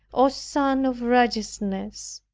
o sun of righteousness,